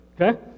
okay